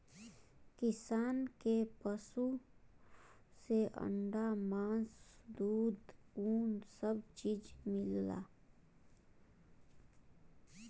किसान के पसु से अंडा मास दूध उन सब चीज मिलला